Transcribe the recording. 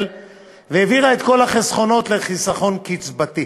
והעבירה את כל החסכונות לחיסכון קצבתי.